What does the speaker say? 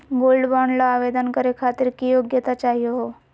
Gold bond ल आवेदन करे खातीर की योग्यता चाहियो हो?